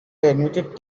admitted